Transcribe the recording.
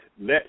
Let